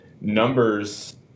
numbers